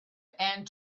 and